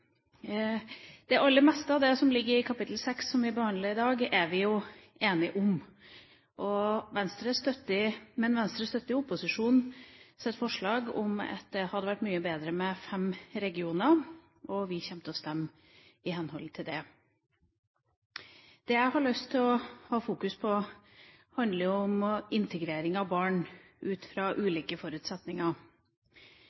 Det aller meste av det som ligger i kapittel 6, som vi behandler i dag, er vi jo enige om, men Venstre støtter opposisjonens forslag om at det hadde vært mye bedre med fem regioner, og vi kommer til å stemme i henhold til det. Det jeg har lyst til å fokusere på, er integrering av barn ut fra